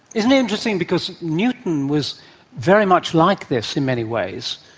isn't it interesting, because newton was very much like this in many ways,